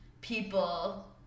people